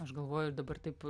aš galvoju ar dabar taip